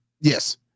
Yes